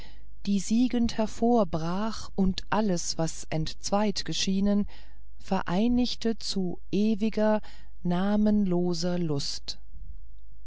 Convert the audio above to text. die siegend hervorbrach und alles was entzweit geschienen vereinigte zu ewiger namenloser lust